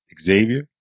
Xavier